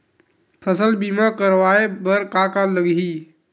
फसल बीमा करवाय बर का का लगही?